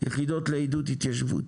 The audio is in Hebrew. יחידות לעידוד התיישבות,